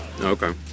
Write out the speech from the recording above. okay